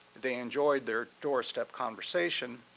they enjoyed their doorstep conversation,